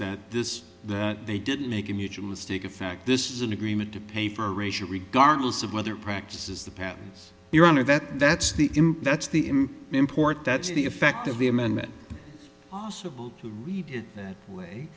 that this they didn't make a mutual mistake of fact this is an agreement to pay for racial regardless of whether practice is the pathans your honor that that's the that's the in import that's the effect of the amendment possible to read it that way